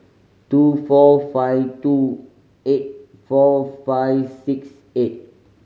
two four five two eight four five six eight